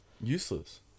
Useless